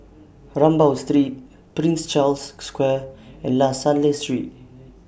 Rambau Street Prince Charles Square and La Salle Street